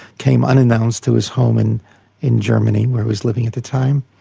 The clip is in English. came unannounced to his home and in germany, where he was living at the time.